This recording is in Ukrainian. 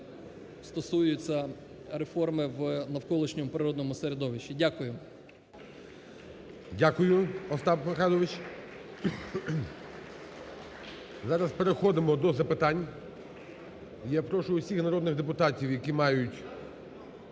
стосуються реформи в навколишньому природному середовищі. Дякую. ГОЛОВУЮЧИЙ. Дякую, Остап Михайлович. Зараз переходимо до запитань. Я прошу усіх народних депутатів, які мають